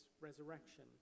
resurrection